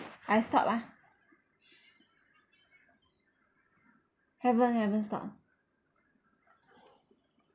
I stop ah haven't haven't stop